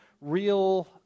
real